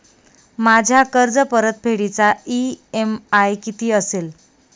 माझ्या कर्जपरतफेडीचा इ.एम.आय किती असेल?